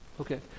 okay